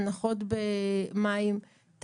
הנחות במים,